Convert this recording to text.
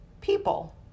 people